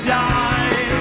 die